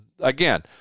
again